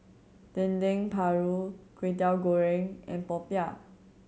Dendeng Paru Kwetiau Goreng and popiah